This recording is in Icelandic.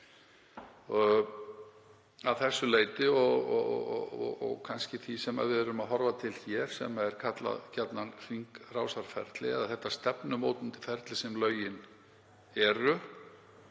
að þessu leyti og kannski því leyti sem við erum að horfa til hér, sem er kallað gjarnan hringrásarferli eða hið stefnumótandi ferli sem lögin eru.